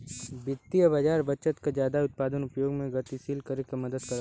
वित्तीय बाज़ार बचत के जादा उत्पादक उपयोग में गतिशील करे में मदद करला